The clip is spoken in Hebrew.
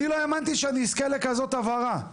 אני לא האמנתי שאני אזכה לכזאת הבהרה.